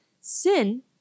sin